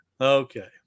Okay